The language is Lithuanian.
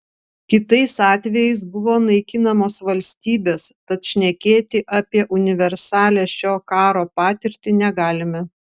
kitais atvejais buvo naikinamos valstybės tad šnekėti apie universalią šio karo patirtį negalime